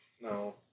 No